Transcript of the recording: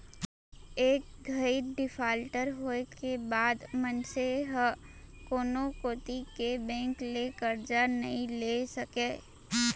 एक घइत डिफाल्टर होए के बाद मनसे ह कोनो कोती के बेंक ले करजा नइ ले सकय